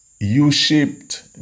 U-shaped